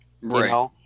Right